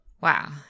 Wow